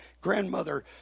grandmother